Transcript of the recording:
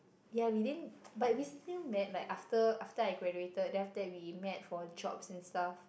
ya we didn't but we still met like after after I graduated then after that we met for jobs and stuff